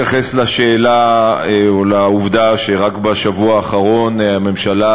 לשאלה או לעובדה שרק בשבוע האחרון הממשלה